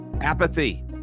Apathy